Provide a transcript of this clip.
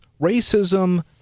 racism